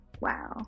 Wow